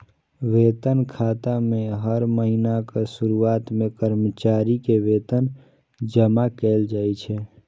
वेतन खाता मे हर महीनाक शुरुआत मे कर्मचारी के वेतन जमा कैल जाइ छै